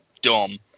dumb